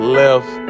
left